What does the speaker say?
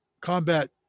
combat